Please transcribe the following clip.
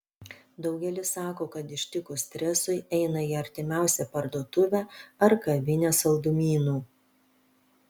daugelis sako kad ištikus stresui eina į artimiausią parduotuvę ar kavinę saldumynų